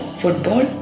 football